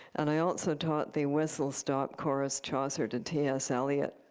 and i also taught the whistle stop chorus, chaucer to ts eliot